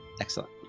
Excellent